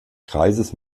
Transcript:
kreises